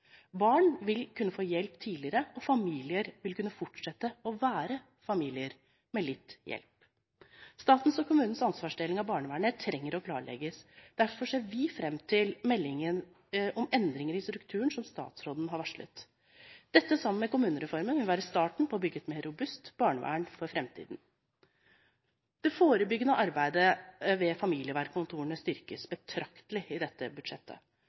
Barn vil kunne få hjelp tidligere, og familier vil kunne fortsette å være familier med litt hjelp. Statens og kommunens ansvarsdeling av barnevernet trenger å klarlegges. Derfor ser vi fram til meldingen om endringen i strukturen, som statsråden har varslet. Dette sammen med kommunereformen vil være starten på å bygge et mer robust barnevern for framtiden. Det forebyggende arbeidet ved familievernkontorene styrkes betraktelig i dette budsjettet.